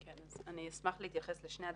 אני אשמח להתייחס לשני הדברים.